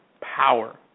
power